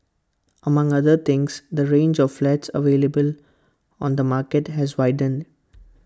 among other things the range of flats available on the market has widened